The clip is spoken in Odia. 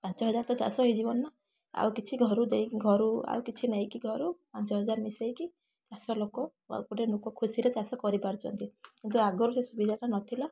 ପାଞ୍ଚ ହଜାର ତ ଚାଷ ହେଇଯିବନି ନା ଆଉକିଛି ଘରୁ ଦେଇ ଘରୁ ଆଉ କିଛି ନେଇକି ଘରୁ ପାଞ୍ଚ ହଜାର ମିଶେଇକି ଚାଷ ଲୋକ ଆଉ ଗୋଟେ ନୋକ ଖୁସିରେ ଚାଷ କରିପାରୁଛନ୍ତି କିନ୍ତୁ ଆଗୁରୁ ସେ ସୁବିଧାଟା ନଥିଲା